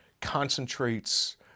Concentrates